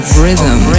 Rhythm